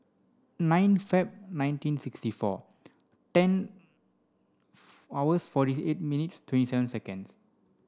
nine Feb nineteen sixty four ten hours forty eight minutes twenty seven seconds